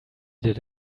did